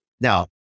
now